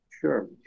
Sure